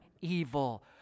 evil